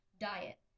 diet